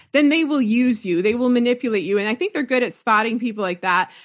then they will use you. they will manipulate you. and i think they're good at spotting people like that,